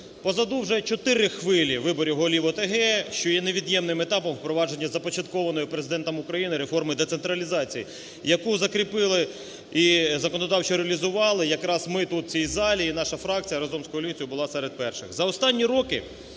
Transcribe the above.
Позаду вже чотири хвилі виборів голів ОТГ, що є невід'ємним етапом впровадження започаткованої Президентом України реформи децентралізації, яку закріпили і законодавчо реалізували якраз ми тут в цій залі. І наша фракція разом з коаліцією була серед перших.